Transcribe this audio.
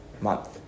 month